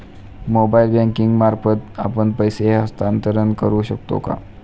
Mobile banking मार्फत आपण पैसे हस्तांतरण करू शकतो का?